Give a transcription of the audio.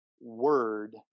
word